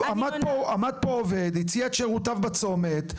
עמד פה והציע את שירותיו בצומת,